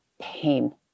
pain